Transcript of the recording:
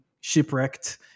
shipwrecked